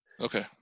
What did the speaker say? Okay